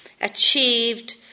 achieved